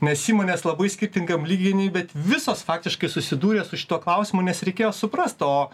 nes įmonės labai skirtingam lygyny bet visos faktiškai susidūrė su šituo klausimu nes reikėjo suprast o